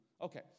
Okay